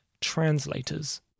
translators